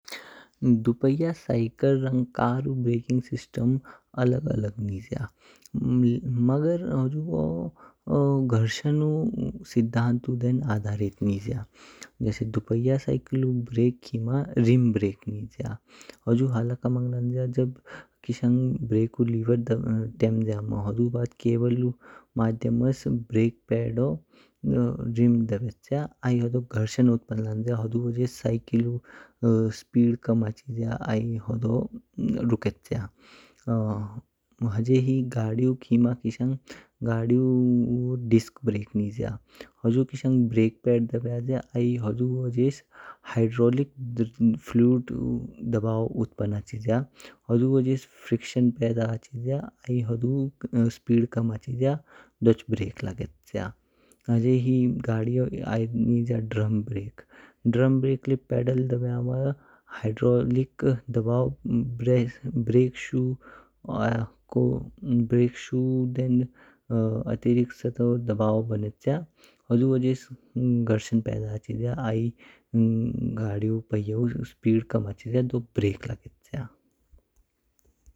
दू पहिया साइकिल रंग कार ऊ ब्रेकिंग सिस्टम आला आला निज्य। म्गेर हुजुगो घर्षण ऊ सिद्धांतु देन आधारित निज्य। जैसे दू पहिया साइकिल ऊ ब्रेक खिमा रिम ब्रेक निज्य। हुजू हला कमंग लंज्या जब किशंग ब्रेक ऊ लीवर तेम्ज्या म्म हुड्डु बाद केवल माध्यम्स ब्रेक पेडो रिम दबेच्या आई हुड्डु व्हजे्स घर्षण उत्प्न लंज्या आई हुड्डु व्हजे्स साइकिल ऊ स्पीड कम हचिज्या आई होड्डु रुकच्या। हेहि गडियो खिमा किशंग गडियोो डिस्क ब्रेक निज्य। होजो किशंग ब्रेक पेड दब्याज्या आई हुजू व्हजे्स हाइड्रोलिक फ्ल्यूडु दबाब उत्पान हचिज्या, हुड्डु व्हजे्स फ्रिक्शन पेडा हचिज्या, आई हुड्डु स्पीड कम हचिज्या दोच ब्रेक लगेच्या। हेहि गडियोो आई एढ्ह ब्रेक निज्य ड्रम ब्रेक। ड्रम ब्रेक ले पेडल दब्यामा हाइड्रोलिक दबवाओ ब्रेक शु आ। ब्रेक शु देन अतिरिक्त स्थ दबवो बनेच्या हुड्डु व्हजे्स घर्षण पेडा हचिज्या आई गडिउ पहियौ स्पीड कम हचिज्या आई ब्रेक लगेच्या।